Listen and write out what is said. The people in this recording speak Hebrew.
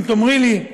אם תאמרי לי מה